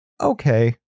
okay